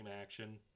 action